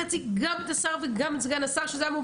את השר ואת סגן השר שזאת המומחיות שלהם.